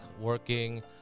working